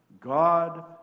God